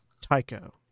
Tycho